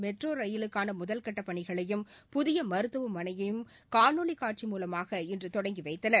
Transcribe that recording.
metro ரயிலுக்கான முதல்கட்டப் பணிகளையும் புதிய மருத்துவமனையையும் காணொலி காட்சி மூலமாக இன்று தொடங்கி வைத்தனர்